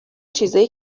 چیزای